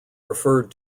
referred